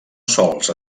sols